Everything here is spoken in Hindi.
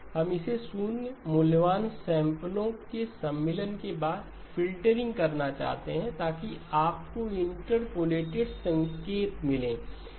हम इसे शून्य मूल्यवान सैंपलो के सम्मिलन के बाद फ़िल्टरिंग करना चाहते हैं ताकि आपको इंटरपोलेटेड संकेत मिले